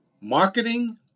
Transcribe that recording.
Marketing